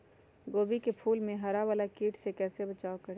गोभी के फूल मे हरा वाला कीट से कैसे बचाब करें?